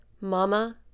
Mama